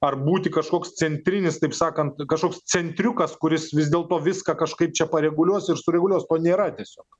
ar būti kažkoks centrinis taip sakant kažkoks centriukas kuris vis dėl to viską kažkaip čia pareguliuos ir sureguliuos o nėra tiesiog